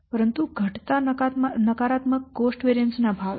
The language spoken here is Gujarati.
પરંતુ વધતા નકારાત્મક કોસ્ટ વેરિએન્સ ના ભાવે